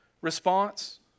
response